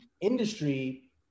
industry